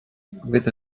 with